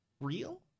real